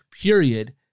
period